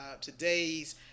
Today's